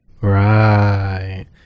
Right